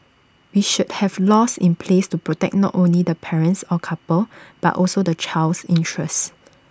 we should have laws in place to protect not only the parents or couple but also the child's interest